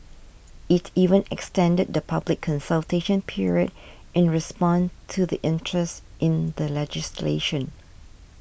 it even extended the public consultation period in response to the interest in the legislation